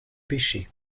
pêchez